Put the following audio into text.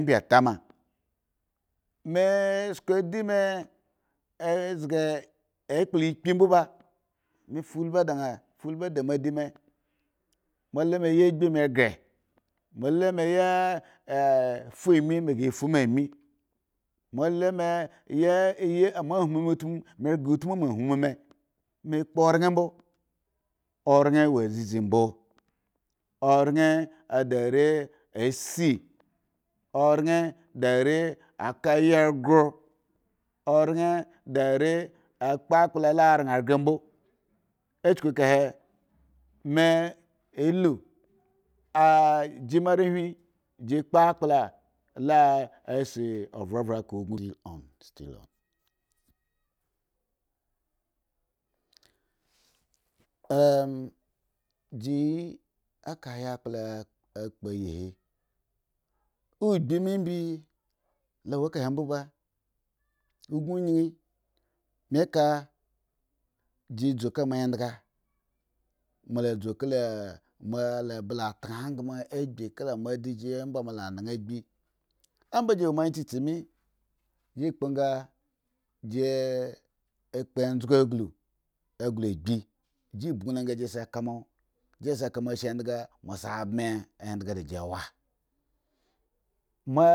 Me esko a di me ezga ekpla iki mbo ba me fuulbi an dimo adima mo lula me yi asbi me ghre molu la me ye fu ami mo lu meya me mohmu meutmu me shre utmu mo ahmu me kpo oren mbo oren wo dzidzi mba oren da are asi orenda a kayi oghor akpo akpla laranghre mbo. a chuku eka he me ilu jima arehwin ji kpo akpla la si are ure a ka obonji jiyi aka ayakpa akpoye he ogbi mi ibi lowa ekahe mbo ba obon yin mbi ka ji dzu ka mo andga mola dzu mobala tan angma agbi ka la mo adigi omba mo la anaga agbi omba is wo ma annye tsitsi me, jikpo nga jikpo enzgu asulu agul agbi gi bgu lo anga ji se kamo ashe endga mo no anga mo se adme adgada jiwa.